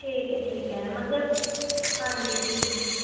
ਠੀਕ ਹੈ ਠੀਕ ਹੈ ਮਤਲਬ ਹਾਂਜੀ ਠੀਕ ਹੈ ਜੀ